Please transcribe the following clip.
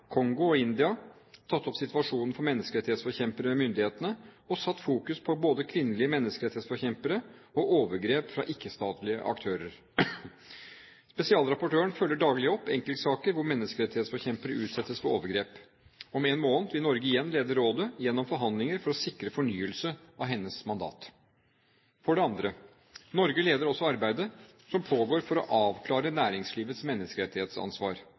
Kongo og India, tatt opp situasjonen for menneskerettighetsforkjempere med myndighetene, og fokusert på både kvinnelige menneskerettighetsforkjempere og overgrep fra ikke-statlige aktører. Spesialrapportøren følger daglig opp enkeltsaker hvor menneskerettighetsforkjempere utsettes for overgrep. Om en måned vil Norge igjen lede rådet gjennom forhandlinger for å sikre fornyelse av hennes mandat. For det andre: Norge leder også arbeidet som pågår for å avklare næringslivets menneskerettighetsansvar.